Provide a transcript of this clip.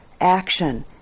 action